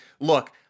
look